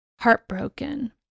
heartbroken